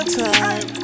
time